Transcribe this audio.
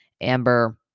Amber